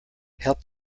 help